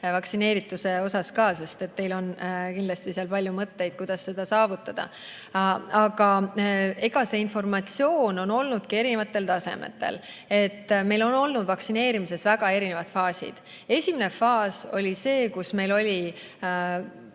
vaktsineerituse numbrid üles minema. Teil on kindlasti palju mõtteid, kuidas seda saavutada. Aga eks see informatsioon on olnud erinevatel tasemetel. Meil on vaktsineerimises väga erinevad faasid olnud. Esimene faas oli see, kui meil oli